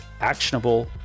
actionable